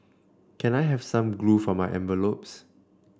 can I have some glue for my envelopes